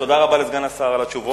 תודה רבה לסגן השר על התשובות.